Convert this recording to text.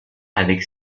avec